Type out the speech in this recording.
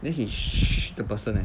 then he the person leh